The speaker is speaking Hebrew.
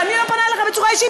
ואני לא פונה אליך בצורה אישית,